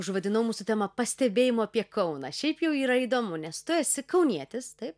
užvadinau mūsų temą pastebėjimų apie kauną šiaip jau yra įdomu nes tu esi kaunietis taip